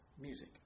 music